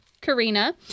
Karina